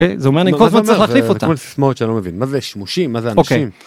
אוקיי, זה אומר אני כל הזמן צריך להחליף אותה. זה כל מיני ססמאות שאני לא מבין, מה זה שימושים? מה זה אנשים?